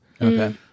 Okay